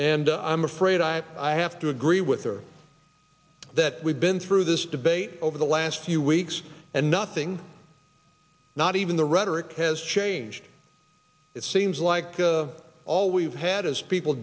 and i'm afraid i have to agree with her that we've been through this debate over the last few weeks and nothing not even the rhetoric has changed it seems like the all we've had is people